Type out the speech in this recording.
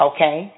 Okay